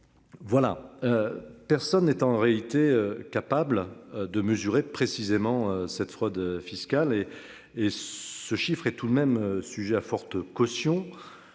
Voilà. Personne n'est en réalité capable de mesurer précisément cette fraude fiscale et et ce chiffre est tout de même sujet à forte caution